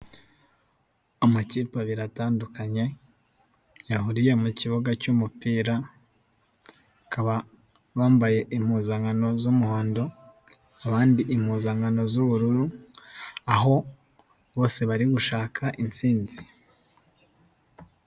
amakipe abiri atandukanye, yahuriye mu kibuga cy'umupira, bakaba bambaye impuzankano z'umuhondo, abandi impuzankano z'ubururu, aho bose bari gushaka insinzi.